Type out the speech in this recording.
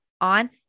on